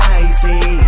icy